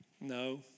No